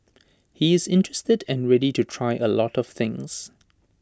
he is interested and ready to try A lot of things